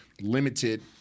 limited